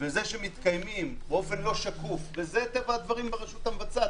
וזה שמתקיימים באופן לא שקוף וזה טבע הדברים ברשות המבצעת,